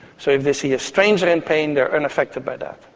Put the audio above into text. so if they see a stranger in pain they're unaffected by that.